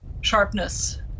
sharpness